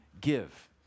give